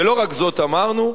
ולא רק זאת אמרנו.